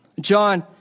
John